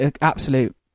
absolute